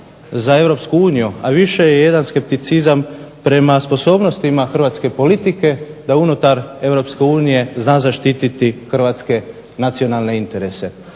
za EU, a više je jedan skepticizam prema sposobnostima hrvatske politike da unutar EU zna zaštiti hrvatske nacionalne interese.